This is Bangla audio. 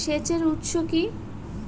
সেচের উৎস কি?